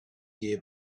year